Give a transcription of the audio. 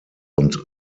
und